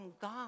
God